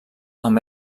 amb